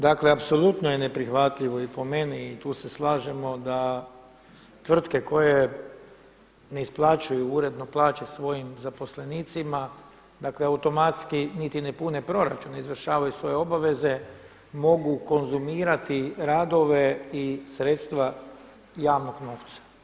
Dakle apsolutno je neprihvatljivo i po meni i tu se slažemo da tvrtke koje ne isplaćuju uredno plaće svojim zaposlenicima, dakle automatski niti ne pune proračun, ne izvršavaju svoje obaveze, mogu konzumirati radove i sredstva javnog novca.